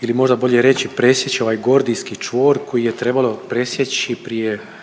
ili možda bolje reći presjeći ovaj gordijski čvor koji je trebalo presjeći prije